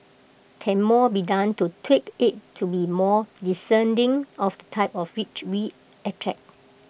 can more be done to tweak IT to be more discerning of the type of rich we attract